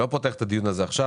אני לא פותח את הדיון הזה עכשיו.